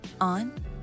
on